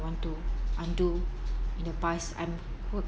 want to undo in the past I'm